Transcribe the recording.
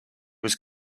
was